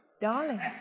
Darling